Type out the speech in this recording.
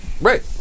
Right